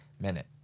minute